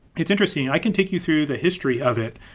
it's interesting. i can take you through the history of it.